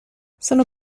sono